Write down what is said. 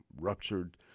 ruptured